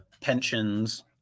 pensions